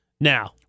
now